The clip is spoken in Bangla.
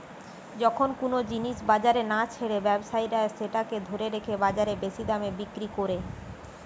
যখন কুনো জিনিস বাজারে না ছেড়ে ব্যবসায়ীরা সেটাকে ধরে রেখে বাজারে বেশি দামে বিক্রি কোরে